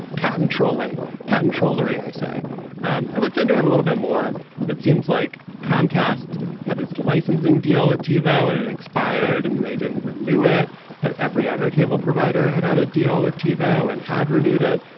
patent trolling patent troll larry i say um i looked into it a little bit more and it seems like comcast had his licensing deal with tivo and it expired and and they didn't renew it but every other cable provider had had a deal with tivo and had renewed it.